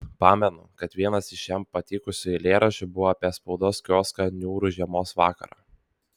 pamenu kad vienas iš jam patikusių eilėraščių buvo apie spaudos kioską niūrų žiemos vakarą